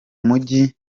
mujyi